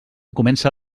comença